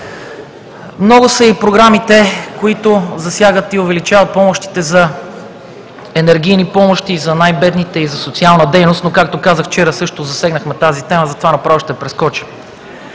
Много са и програмите, които засягат и увеличават помощите – за енергийни помощи за най-бедните и за социална дейност, но, както казах, вчера също засегнахме тази тема, затова направо ще я прескоча.